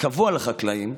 קבוע לחקלאים,